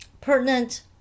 pertinent